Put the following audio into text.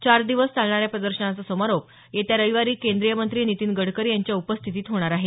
चार दिवस चालणाऱ्या या प्रदर्शनाचा समारोप येत्या रविवारी केंद्रीय मंत्री नितीन गडकरी यांच्या उपस्थितीत होणार आहे